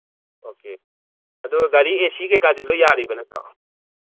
okay ꯑꯗꯨ ꯒꯥꯔꯤ A C ꯀꯩꯀꯥꯁꯤ ꯂꯣꯏꯅ ꯌꯥꯔꯤꯕ ꯅꯠꯇ꯭ꯔꯣ